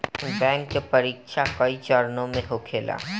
bank के परीक्षा कई चरणों में होखेला